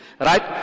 right